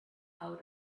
out